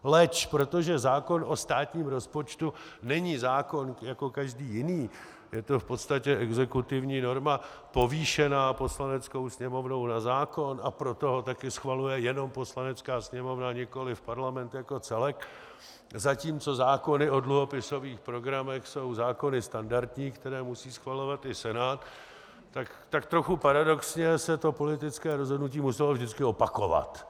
Leč protože zákon o státním rozpočtu není zákon jako každý jiný, je to v podstatě exekutivní norma povýšená Poslaneckou sněmovnou na zákon, a proto ho také schvaluje jenom Poslanecká sněmovna, nikoli Parlament jako celek, zatímco zákony o dluhopisových programech jsou zákony standardní, které musí schvalovat i Senát, tak trochu paradoxně se to politické rozhodnutí muselo vždycky opakovat.